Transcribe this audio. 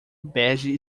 bege